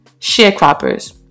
sharecroppers